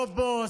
לא פוסט,